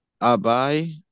Abai